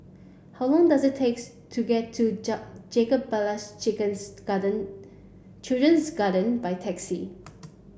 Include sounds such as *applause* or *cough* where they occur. how long does it takes to get to *unintelligible* Jacob Ballas Chichen's Garden Children's Garden by taxi